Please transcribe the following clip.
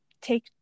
take